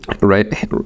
right